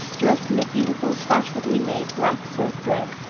dressed in a beautiful, fashionably-made black silk dress,